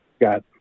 got